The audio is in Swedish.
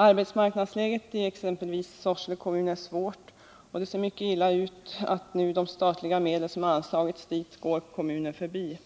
Arbetsmarknadsläget i exempelvis Sorsele kommun är svårt, och det ser mycket illa ut att de statliga medel som nu anslagits går kommunen förbi.